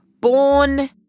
born